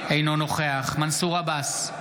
אינו נוכח מנסור עבאס,